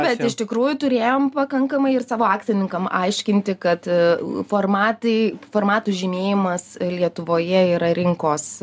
bet iš tikrųjų turėjom pakankamai ir savo akcininkam aiškinti kad formatai formatų žymėjimas lietuvoje yra rinkos